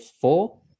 four